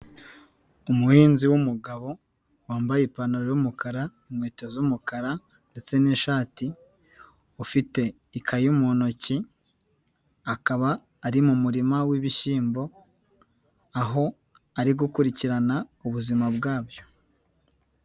Umuhinzi w'umugabo wambaye ipantaro y'umukara, inkweto z'umukara, ndetse n'ishati ufite ikayi mu ntoki, akaba ari mu murima w'ibishyimbo, aho ari gukurikirana ubuzima bwabyo.